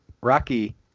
Rocky